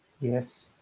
Yes